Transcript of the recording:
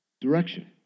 direction